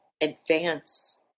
advance